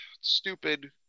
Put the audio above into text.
stupid